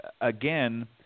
again